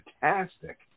fantastic